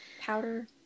Powder